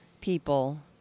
people